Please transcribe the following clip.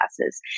classes